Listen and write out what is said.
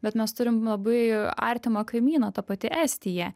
bet mes turim labai artimą kaimyną ta pati estija